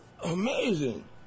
amazing